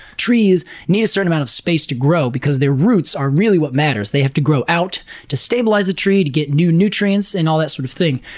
trees need a certain amount of space to grow, because their roots are really what matters. they have to grow out to stabilize the tree, to get new nutrients, and all that sort of thing.